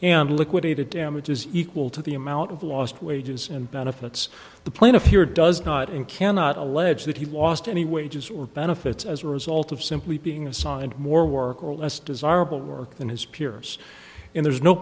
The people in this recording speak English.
and liquidated damages equal to the amount of lost wages and benefits the plaintiff here does not and cannot allege that he lost any wages or benefits as a result of simply being assigned more work or less desirable work than his peers and there is no